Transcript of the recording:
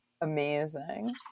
Amazing